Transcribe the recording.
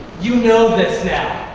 you know this now.